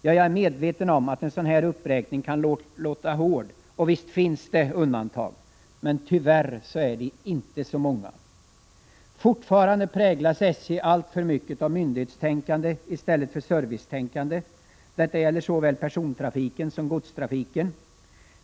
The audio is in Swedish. Jag är medveten om att en sådan här uppräkning kan låta hård, och visst finns det undantag, men tyvärr är de inte så många. Fortfarande präglas SJ alltför mycket av myndighetstänkande i stället för servicetänkande. Detta gäller såväl persontrafiken som godstrafiken.